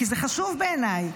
כי זה חשוב בעיניי.